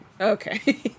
Okay